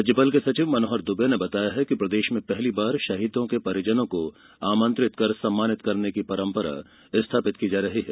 राज्यपाल के सचिव मनोहर दूबे ने बताया है कि प्रदेश में पहली बार शहीदों के परिजनों को आमंत्रित कर सम्मानित करने की परम्परा स्थापित की जा रही है